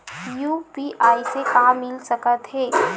UPI से का मिल सकत हे?